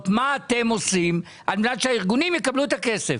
מה אתם עושים על מנת שהארגונים יקבלו את הכסף,